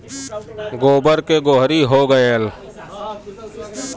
गोबर के गोहरी हो गएल